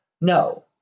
no